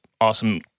awesome